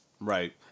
Right